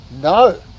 no